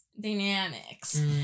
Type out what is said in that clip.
Dynamics